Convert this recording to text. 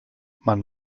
man